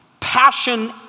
passion